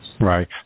Right